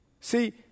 See